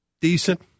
Decent